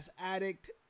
Addict